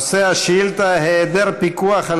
נושא השאילתה: היעדר פיקוח